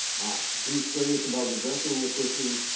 he's serious about addressing this issue,